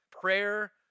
prayer